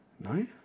No